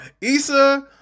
Issa